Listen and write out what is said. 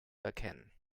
erkennen